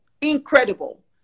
incredible